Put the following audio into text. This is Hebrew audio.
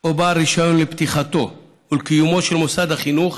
או בעל רישיון לפתיחתו ולקיומו של מוסד החינוך,